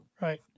Right